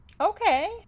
Okay